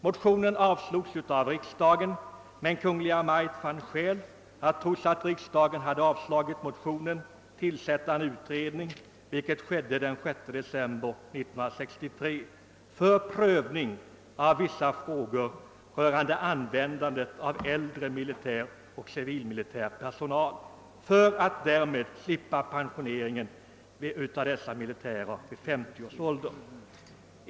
Motionen avslogs av riksdagen, men Kungl. Maj:t fann skäl att, trots att riksdagen hade avslagit motionen, tillsätta en utredning, vilket skedde den 6 december 1963. Utredningen skulle gälla prövning av vissa frågor rörande användande av äldre militär och civilmilitär personal för att därmed slippa pensionering av dessa militärer vid 50 års ålder.